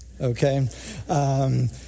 okay